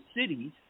cities